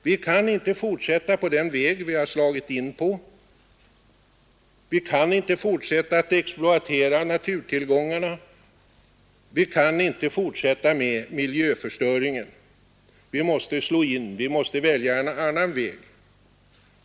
Vi kan inte fortsätta på den inslagna vägen, vi kan inte fortsätta att exploatera naturtillgångarna, vi kan inte fortsätta med miljöförstöringen. Vi måste välja en annan väg.